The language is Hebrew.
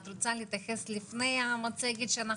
את רוצה להתייחס לפני המצגת?